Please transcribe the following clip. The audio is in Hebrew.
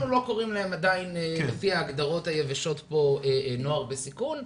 אנחנו לא קוראים להם עדיין לפי ההגדרות היבשות פה נוער בסיכון,